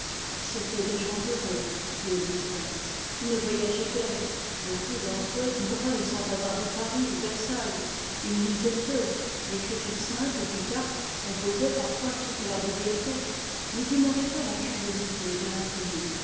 c'étaient des gens heureux ils ne voyageaient guère beaucoup d'entre eux mouraient sans avoir vu paris ou versailles ils lisaient peu l'écriture sainte et plutarque composaient parfois toute leur bibliothèque mais ils n'avaient pas la curiosité de l'inconnu